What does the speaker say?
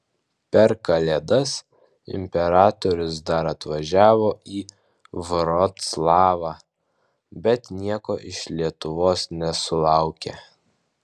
per kalėdas imperatorius dar atvažiavo į vroclavą bet nieko iš lietuvos nesulaukė